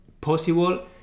possible